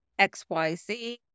xyz